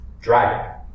dragon